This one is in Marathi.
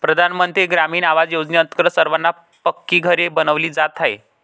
प्रधानमंत्री ग्रामीण आवास योजनेअंतर्गत सर्वांना पक्की घरे बनविली जात आहेत